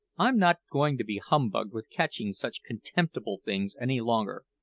i'm not going to be humbugged with catching such contemptible things any longer.